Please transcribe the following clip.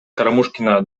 карамушкина